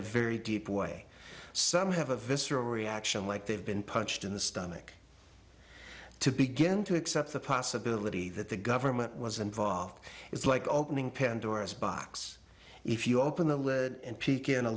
a very deep way some have a visceral reaction like they've been punched in the stomach to begin to accept the possibility that the government was involved it's like opening pandora's box if you open